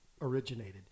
originated